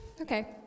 okay